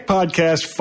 Podcast